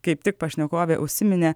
kaip tik pašnekovė užsiminė